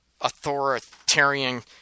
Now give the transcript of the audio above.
authoritarian